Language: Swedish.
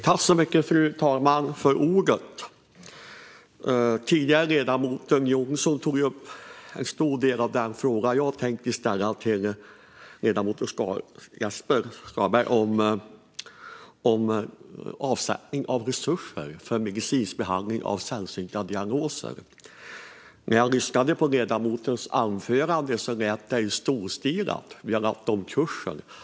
Fru talman! Ledamoten Jonsson tog i ett tidigare inlägg upp en stor del av den fråga jag hade tänkt ställa till ledamoten Jesper Skalberg Karlsson om avsättning av resurser för medicinsk behandling av sällsynta diagnoser. När jag lyssnade på ledamotens anförande lät det storstilat: Vi har lagt om kursen!